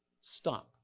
stop